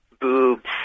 boobs